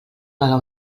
pagar